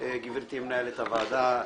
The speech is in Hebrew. גברתי מנהלת הוועדה,